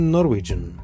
Norwegian